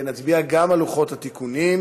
נצביע גם על לוחות התיקונים.